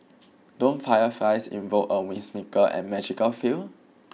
don't fireflies invoke a whimsical and magical feel